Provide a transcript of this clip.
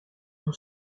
ung